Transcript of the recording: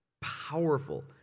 powerful